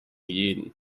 jeden